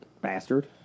Bastard